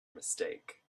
mistake